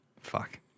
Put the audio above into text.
Fuck